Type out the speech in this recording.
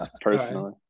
Personally